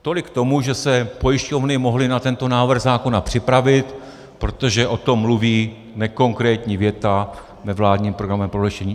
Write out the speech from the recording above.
Tolik k tomu, že se pojišťovny mohly na tento návrh zákona připravit, protože o tom mluví nekonkrétní věta ve vládním programovém prohlášení.